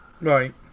Right